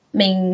mình